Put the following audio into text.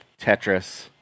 Tetris